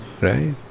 Right